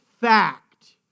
fact